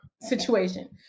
situation